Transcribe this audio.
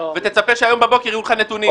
ותצפה שהיום בבוקר יהיו לך נתונים.